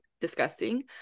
disgusting